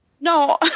No